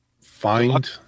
find